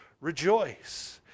rejoice